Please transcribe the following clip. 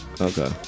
Okay